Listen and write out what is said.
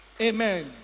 Amen